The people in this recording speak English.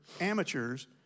amateurs